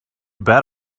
bet